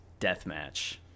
Deathmatch